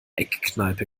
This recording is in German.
eckkneipe